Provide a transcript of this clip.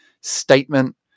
statement